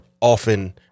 often